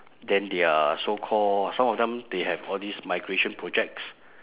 then they are so called some of them they have all these migration projects